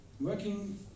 working